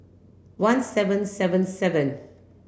one seven seven seven